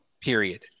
Period